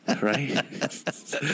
right